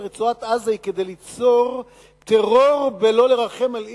רצועת-עזה היא כדי ליצור טרור ולא לרחם על איש.